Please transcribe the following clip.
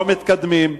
לא מתקדמים.